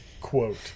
Quote